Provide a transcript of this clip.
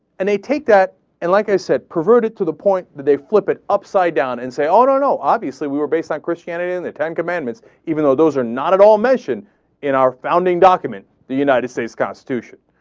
and they take that and like i said, pervert it to the point that they flip it upside down and say, oh no, no. obviously we were based on christianity and the ten commandments even though those are not at all mentioned in our founding document, the united states constitution.